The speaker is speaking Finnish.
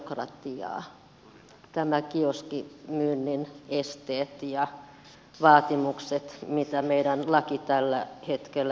nämä ovat turhanaikaista byrokratiaa nämä kioskimyynnin esteet ja vaatimukset mitä meidän laki tällä hetkellä edellyttää